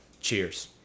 Cheers